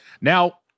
Now